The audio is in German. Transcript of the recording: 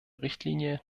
richtlinie